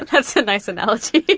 that's a nice analogy.